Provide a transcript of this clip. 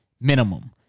Minimum